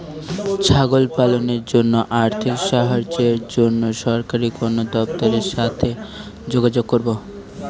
ছাগল পালনের জন্য আর্থিক সাহায্যের জন্য সরকারি কোন দপ্তরের সাথে যোগাযোগ করব?